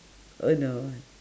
oh no